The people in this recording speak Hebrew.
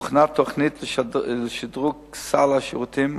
הוכנה תוכנית לשדרוג סל השירותים,